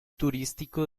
turístico